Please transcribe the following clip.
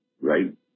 right